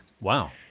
wow